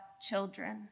children